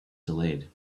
delayed